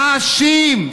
נשים.